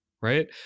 Right